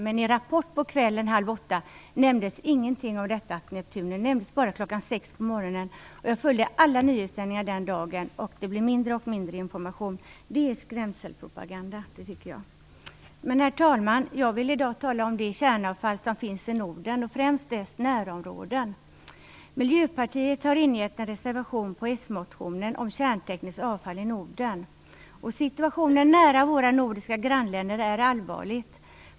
Men i Rapport på kvällen halv åtta nämndes ingenting om Neptunium. Det nämndes bara klockan sex på morgonen. Jag följde alla nyhetssändningar den dagen, och det blev allt mindre information. Det tycker jag är skrämselpropaganda. Herr talman! Jag vill i dag tala om det kärnavfall som finns i Norden och främst i dess närområde. Miljöpartiet har avgett en reservation till s-motionen om kärntekniskt avfall i Norden. Situationen nära våra nordiska grannländer är allvarlig.